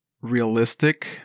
realistic